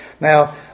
Now